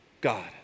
God